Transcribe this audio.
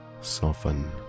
soften